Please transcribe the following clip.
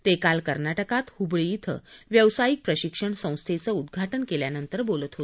ते काल कर्नाटकात हुबळी इथं व्यवसायिक प्रशिक्षण संस्थेचं उद्घाटन केल्यानंतर बोलत होते